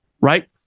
right